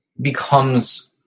becomes